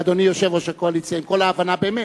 אדוני יושב-ראש הקואליציה, עם כל ההבנה, באמת,